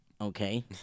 Okay